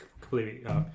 completely